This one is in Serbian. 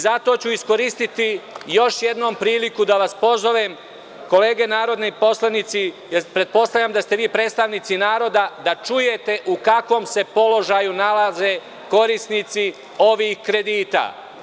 Zato ću iskoristiti još jednu priliku da vas pozovem, kolege narodni poslanici, jer pretpostavljam da ste vi predstavnici naroda, da čujete u kakvom se položaju nalaze korisnici ovih kredita.